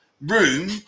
room